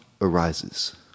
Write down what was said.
arises